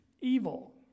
evil